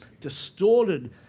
distorted